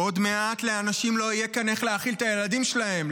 עוד מעט לאנשים כאן לא יהיה איך להאכיל את הילדים שלהם,